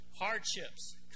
hardships